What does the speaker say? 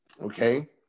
Okay